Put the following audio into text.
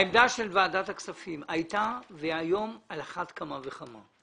העמדה של ועדת הכספים הייתה והיא היום על אחת כמה וכמה.